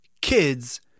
kids